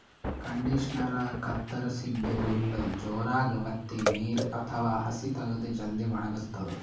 ಕಂಡಿಷನರಾ ಕತ್ತರಸಿದ್ದ್ ಹುಲ್ಲ್ ಜೋರಾಗ್ ವತ್ತಿ ನೀರ್ ಅಥವಾ ಹಸಿ ತಗದು ಜಲ್ದಿ ವಣಗಸ್ತದ್